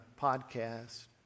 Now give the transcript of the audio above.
podcast